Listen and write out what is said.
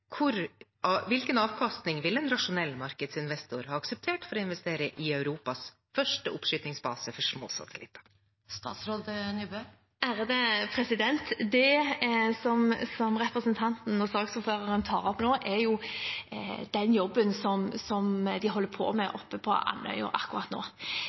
Hvilken avkastning ville en rasjonell markedsinvestor ha akseptert for å investere i Europas første oppskytningsbase for små satellitter? Det som representanten og saksordføreren tar opp, er jo den jobben som de holder på med oppe på Andøya akkurat nå.